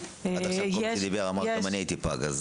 עד עכשיו כל מי שדיבר אמר: גם אני הייתי פג,